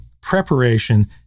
preparation